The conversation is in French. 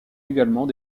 également